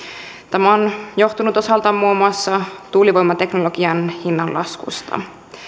tämä on johtunut osaltaan muun muassa tuulivoimateknologian hinnanlaskusta